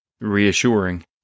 reassuring